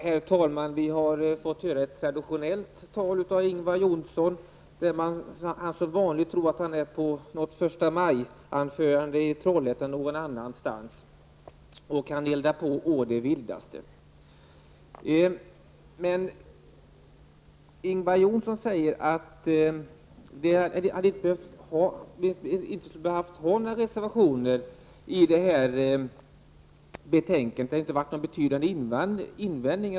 Herr talman! Vi har fått höra ett traditionellt tal av Ingvar Johnsson. Som vanligt tror han att han håller ett förstamajanförande i Trollhättan eller någon annanstans, och han eldar på å det vildaste. Ingvar Johnsson säger att vi inte hade behövt foga några reservationer till det här betänkandet och att det inte har varit fråga om några betydande invändningar.